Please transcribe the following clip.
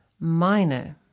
meine